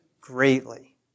greatly